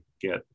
get